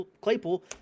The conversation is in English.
Claypool